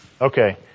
Okay